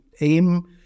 aim